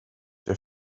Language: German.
der